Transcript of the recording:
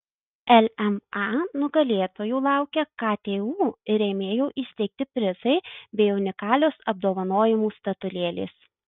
lma nugalėtojų laukia ktu ir rėmėjų įsteigti prizai bei unikalios apdovanojimų statulėlės